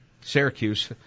Syracuse